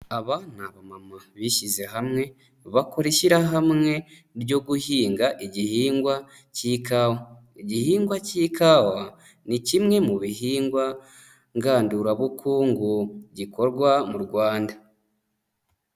Aba ni abamama bishyize hamwe bakora ishyirahamwe ryo guhinga igihingwa cy'ikawa, igihingwa cy'ikawa ni kimwe mu bihingwa ngandurabukungu, gikorwa mu Rwanda.